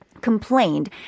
complained